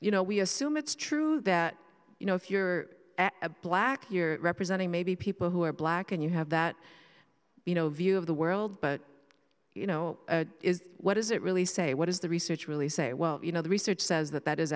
you know we assume it's true that you know if you're a black you're representing maybe people who are black and you have that you know view of the world but you know what does it really say what does the research really say well you know the research says that that is